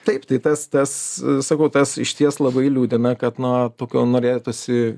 taip tai tas tas sakau tas išties labai liūdina kad na tokio norėtųsi